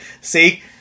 see